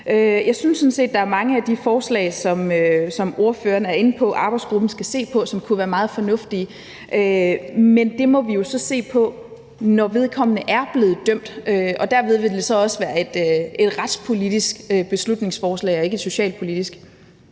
Jeg synes sådan set, der er mange af de forslag, som ordføreren er inde på at arbejdsgruppen skal se på, som kunne være meget fornuftige, men det må vi jo så se på, når vedkommende er blevet dømt, og derved vil det så også være et retspolitisk beslutningsforslag og ikke et socialpolitisk.